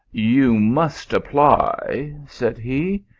you must apply, said he,